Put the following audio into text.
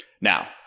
Now